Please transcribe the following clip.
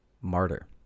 martyr